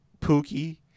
Pookie